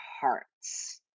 hearts